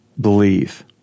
believe